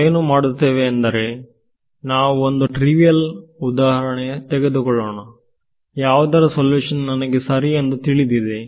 ನಾವೇನು ಮಾಡುತ್ತೇವೆ ಎಂದರೆ ನಾವು ಒಂದು ಟ್ರಿವಿಯಲ್ ಉದಾಹರಣೆ ತೆಗೆದುಕೊಳ್ಳೋಣ ಯಾವುದರ ಸೊಲ್ಯೂಷನ್ ನನಗೆ ಸರಿ ಎಂದು ತಿಳಿದಿದೆ